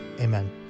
amen